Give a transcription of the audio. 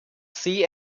sie